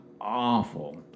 awful